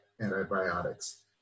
antibiotics